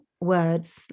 words